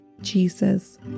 Jesus